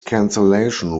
cancellation